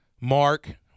Mark